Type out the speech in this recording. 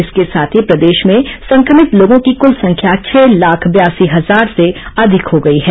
इसके साथ ही प्रदेश में संक्रमित लोगों की कृल संख्या छह लाख बयासी हजार से अधिक हो गई है